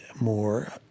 more